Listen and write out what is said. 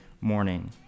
morning